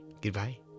goodbye